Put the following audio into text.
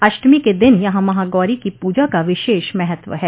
अष्टमी के दिन यहां महागौरी की पूजा का विशेष महत्व है